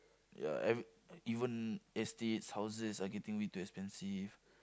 ya and even estates houses are getting way too expensive